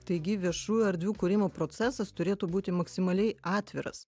taigi viešųjų erdvių kūrimo procesas turėtų būti maksimaliai atviras